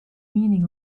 meaning